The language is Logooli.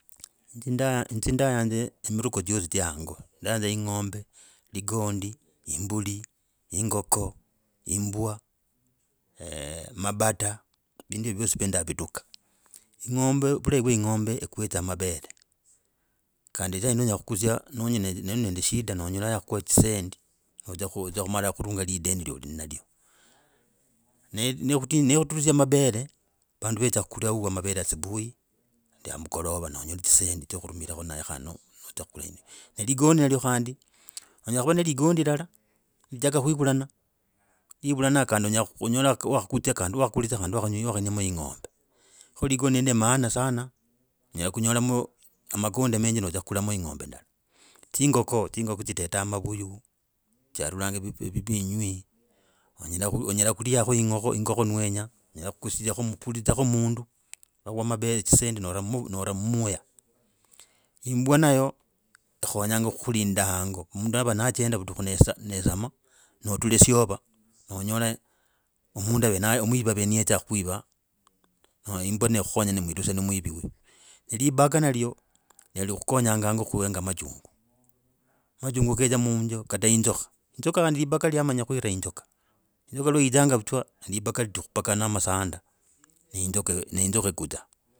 Inzi ndaya, inzi ndayanza murugo chosi cha hango, ndayanza eng’ombe, imbili, engoko, imbwa, mabada vindu hivi vyosi ndio ndavituga eng’ombe vulahi vwe eng’ombe ikuhetsa mavele kandi saa yino enyela kukusya, nonyi, noli nende shida, nonyola yakwa zisendi, nodzia kumala katunga lideni, iyoli malyo. Ne nekuturusia mabele, vandu vedza kula awuwo mabele asubuhi kandi amukolova nonyola tsisendi tsya kurumirako naye hano notsya kukulanya. Ligondi nalyo khandi onyela kuvaa nelikandi ulala, lijaga kwivulana, livulana kandi onyela kunyola wakatutsia. Kandi wakakutsa kandi wakainamo eng’ombe, kho likandi lili nende maana sana oo, onyela kunyolamo amakondi menji nodzia kulamo eng’ombe endala. Tsingoko tsiteta mavuyu charulanga vipi, vipinywi, onyela kuliako engoko ne wenya onyela khokusia, khukulitsako mundu, nivakwa mabele tsisendi, nora muya, imbwa nayo ekhonyanga kukulinda hango, mundu ava najenda vudika, nesava, notilaesyova, nanyola mundu ave, omwivi ave niyedzre kwiva no imbwa nekhukonya nimwirusiana mwivi yo. Libaya nalyo, nelikukonyanga kuhenga machungu, machungu kedza minju kata yinzuka, yinzuka kandi libaga iyamanya kwira yinjuka, yinjuka lwa yidzanga vutswa na libaga ligigubaga na masanda, ne yinzuka, yinzuka ikhutsa.